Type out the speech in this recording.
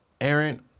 Aaron